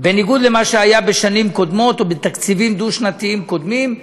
בניגוד למה שהיה בשנים קודמות ובתקציבים דו-שנתיים קודמים.